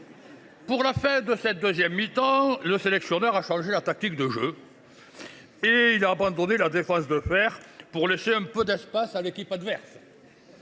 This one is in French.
Pour la fin de la deuxième mi temps, le sélectionneur a changé sa tactique de jeu, abandonnant une défense de fer pour laisser un peu d’espace à l’équipe adverse.